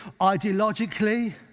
ideologically